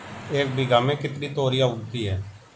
एक बीघा में कितनी तोरियां उगती हैं?